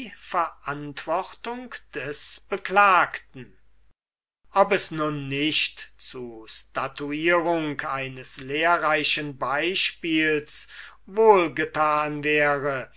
verantwortung des beklagten ob es nun nicht zu statuierung eines lehrreichen beispiels wohl getan wäre